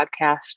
Podcast